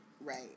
Right